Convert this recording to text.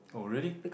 oh really